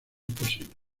posibles